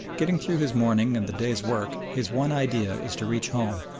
getting through his morning and the day's work, his one idea is to reach home.